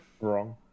Wrong